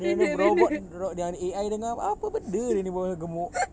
then the robot ro~ dengan A_I dengar apa benda dia ni bual pasal gemuk